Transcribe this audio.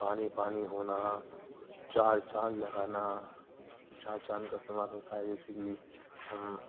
پانی پانی ہونا چار چاند لگانا چار چاند کا استعمال ہوتا ہے جیسے کہ ہم